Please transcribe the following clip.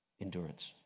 Endurance